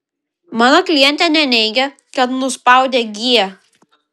mano klientė neneigia kad nuspaudė g